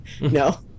No